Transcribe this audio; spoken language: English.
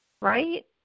right